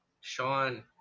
Sean